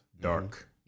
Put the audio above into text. dark